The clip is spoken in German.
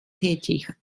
tätig